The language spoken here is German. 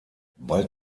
bald